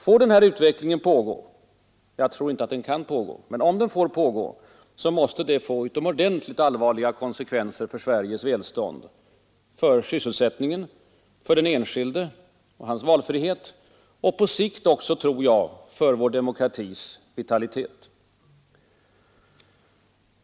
Får denna utveckling pågå — jag tror inte att den kan pågå — måste det få utomordentligt allvarliga konsekvenser för Sveriges välstånd, för sysselsättningen, för den enskilde och hans valfrihet och på sikt också, tror jag, för vår demokratis vitalitet.